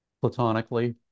platonically